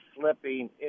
slipping